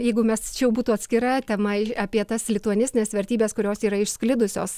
jeigu mes čia jau būtų atskira tema apie tas lituanistines vertybes kurios yra išsklidusios